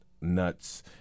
nuts